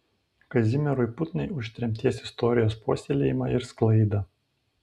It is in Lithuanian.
kazimierui putnai už tremties istorijos puoselėjimą ir sklaidą